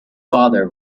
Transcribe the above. father